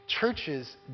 churches